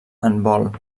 handbol